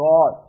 God